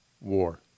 war